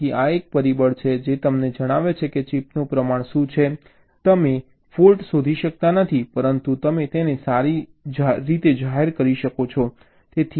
તેથી આ એક પરિબળ છે જે તમને જણાવે છે કે ચિપનું પ્રમાણ શું છે જે તમે ફૉલ્ટ શોધી શકતા નથી પરંતુ તમે તેને સારી જાહેર કરી છે